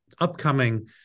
upcoming